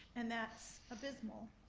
and that's abysmal,